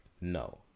no